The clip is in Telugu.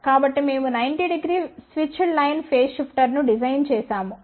కాబట్టి మేము 900 స్విచ్డ్ లైన్ ఫేజ్ షిఫ్టర్ను డిజైన్ చేసాము